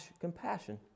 compassion